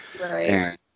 Right